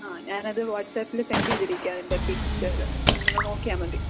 ആ ഞാൻ അത് വാട്ട്സാപ്പിൽ സെൻഡ് ചെയ്തിരിക്കാം അതിൻ്റെ പിക്ച്ചർ അപ്പം നിങ്ങൾ നോക്കിയാൽ മതി